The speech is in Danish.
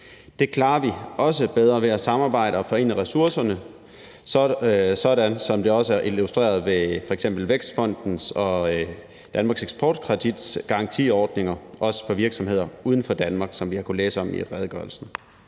Det klarer vi også bedre ved at samarbejde og forene ressourcerne, sådan som det også er illustreret ved f.eks. Vækstfonden og Danmarks eksportkreditgarantiordninger, også for virksomheder uden for Danmark, som vi har kunnet læse om i redegørelsen.